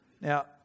Now